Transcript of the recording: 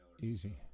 easy